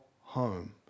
home